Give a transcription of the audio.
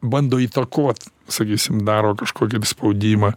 bando įtakot sakysim daro kažkokį spaudimą